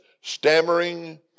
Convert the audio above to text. stammering